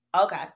Okay